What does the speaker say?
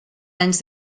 anys